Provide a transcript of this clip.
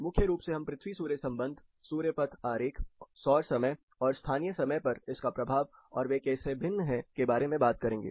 मुख्य रूप से हम पृथ्वी सूर्य संबंध सूर्य पथ आरेख सौर समय और स्थानीय समय पर इसका प्रभाव और वे कैसे भिन्न हैं के बारे में बात करेंगे